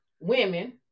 women